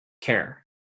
care